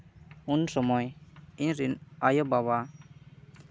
ᱩᱱ ᱥᱚᱢᱚᱭ ᱤᱧ ᱨᱮᱱ ᱟᱭᱳᱼᱵᱟᱵᱟ